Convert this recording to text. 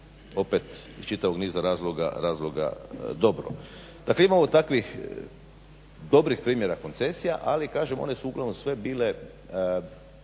opet iz čitavog niza razloga dobro. Dakle, imamo takvih dobrih primjera koncesija, ali kažem one su upravo sve bile